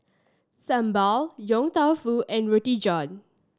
sambal Yong Tau Foo and Roti John